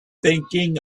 thinking